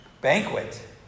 banquet